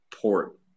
port